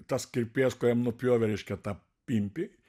tas kirpėjas kuriam nupjovė reiškia tą pimpį